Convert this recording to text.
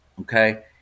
okay